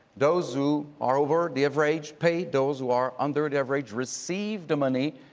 those who are over the average pay, those who are under the average, receive the money,